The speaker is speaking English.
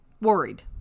worried